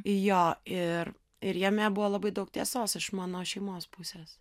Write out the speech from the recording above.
jo ir ir jame buvo labai daug tiesos iš mano šeimos pusės